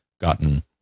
gotten